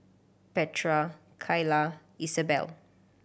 Petra Keila Isabel